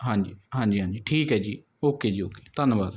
ਹਾਂਜੀ ਹਾਂਜੀ ਹਾਂਜੀ ਠੀਕ ਹੈ ਜੀ ਓਕੇ ਜੀ ਓਕੇ ਧੰਨਵਾਦ